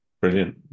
Brilliant